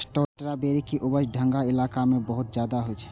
strawberry के उपज ठंढा इलाका मे बहुत ज्यादा होइ छै